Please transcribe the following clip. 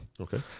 Okay